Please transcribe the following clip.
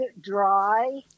dry